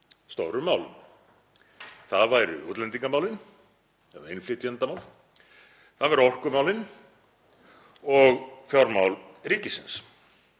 stórum málum. Það væru útlendingamálin eða innflytjendamál, það væru orkumálin og fjármál ríkisins.